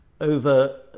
over